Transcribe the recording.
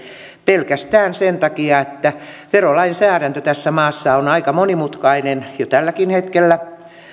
pelkästään sen takia että verolainsäädäntö tässä maassa on aika monimutkainen jo tälläkin hetkellä